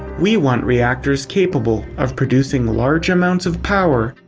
we want reactors capable of producing large amounts of power,